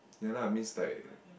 ya lah means like